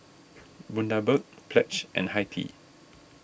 Bundaberg Pledge and Hi Tea